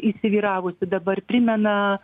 įsivyravusi dabar primena